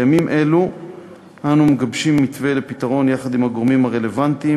בימים אלו אנו מגבשים מתווה לפתרון יחד עם הגורמים הרלוונטיים.